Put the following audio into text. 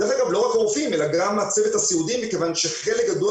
דרך אגב לא רק רופאים אלא גם הצוות הסיעודי מכיוון שחלק גדול